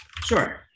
Sure